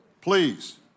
Please